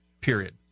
period